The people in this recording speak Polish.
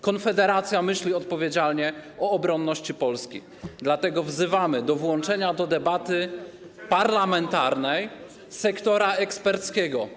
Konfederacja myśli odpowiedzialnie o obronności Polski, dlatego wzywamy do włączenia do debaty parlamentarnej sektora eksperckiego.